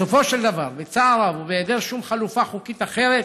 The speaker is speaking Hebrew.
בסופו של דבר, בצער רב ובהיעדר חלופה חוקית אחרת,